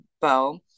bow